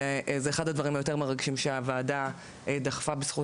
וזה אחד הדברים היותר מרגשים שהוועדה דחפה בזכות